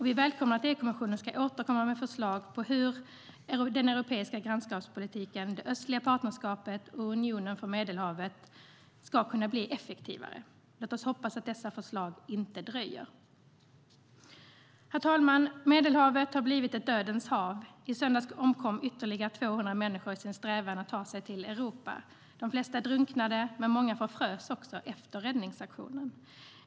Vi välkomnar att EU-kommissionen ska återkomma med förslag på hur den europeiska grannskapspolitiken, det östliga partnerskapet och Unionen för Medelhavet ska kunna bli effektivare. Låt oss hoppas att dessa förslag inte dröjer. Herr talman! Medelhavet har blivit ett dödens hav. I söndags omkom ytterligare 200 människor i sin strävan att ta sig till Europa. De flesta drunknade, men många förfrös efter räddningsaktionen.